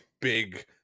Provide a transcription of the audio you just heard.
big